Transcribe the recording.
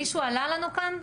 מישהו עלה לכאן?